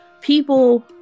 people